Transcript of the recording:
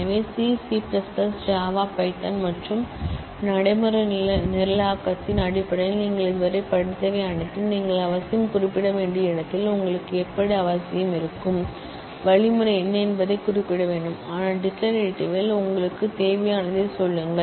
எனவே C C Java பைதான்CCJavaPython மற்றும் நடைமுறை ப்ரோக்ராம்மிங் அடிப்படையில் நீங்கள் இதுவரை படித்தவை அனைத்தும் நீங்கள் அவசியம் குறிப்பிட வேண்டிய இடத்தில் உங்களுக்கு எப்படி அவசியம் இருக்கும் மெத்தட் என்ன என்பதைக் குறிப்பிட வேண்டும் ஆனால் டிக்ளரேட்டிவ்ல் உங்களுக்குத் தேவையானதைச் சொல்லுங்கள்